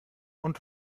und